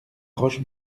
roche